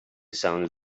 sounds